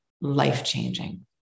life-changing